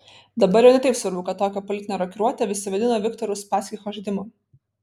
dabar jau ne taip svarbu kad tokią politinę rokiruotę visi vadino viktoro uspaskicho žaidimu